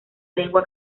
lengua